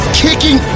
kicking